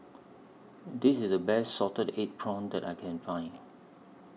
This IS The Best Salted Egg Prawns that I Can Find